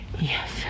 Yes